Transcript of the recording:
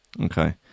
Okay